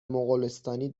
مغولستانی